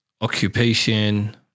occupation